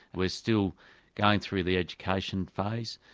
we're still going through the education phase.